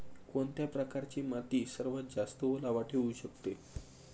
कोणत्या प्रकारची माती सर्वात जास्त ओलावा ठेवू शकते?